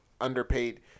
underpaid